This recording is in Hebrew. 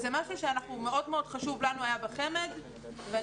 זה משהו שהיה מאוד חשוב לנו בחמ"ד ואני